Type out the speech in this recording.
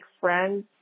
friends